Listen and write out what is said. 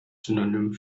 synonym